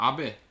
Abe